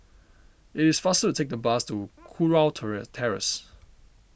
it is faster to take the bus to Kurau Terrace